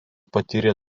patyrė